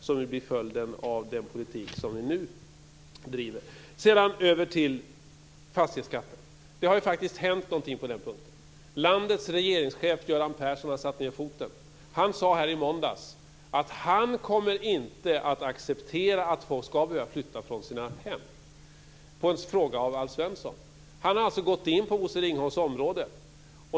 Det blir ju följden av den politik som ni nu driver. Låt mig sedan gå över till fastighetsskatten. Det har ju faktiskt hänt någonting på den punkten. Landets regeringschef Göran Persson har satt ned foten. Han sade här i måndags att han inte kommer att acceptera att folk ska behöva flytta från sina hem. Det svarade han på en fråga från Alf Svensson. Han har alltså gått in på Bosse Ringholms område.